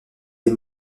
des